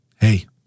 Hey